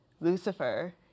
Lucifer